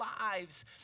lives